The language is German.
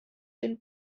den